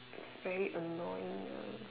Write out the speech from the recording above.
is very annoying uh